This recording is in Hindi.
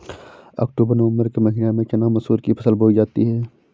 अक्टूबर नवम्बर के महीना में चना मसूर की फसल बोई जाती है?